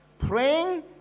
Praying